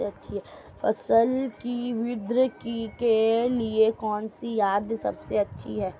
फसल की वृद्धि के लिए कौनसी खाद सबसे अच्छी है?